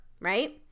right